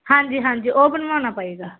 ਹਾਂਜੀ ਹਾਂਜੀ ਉਹ ਬਣਵਾਉਣਾ ਪਵੇਗਾ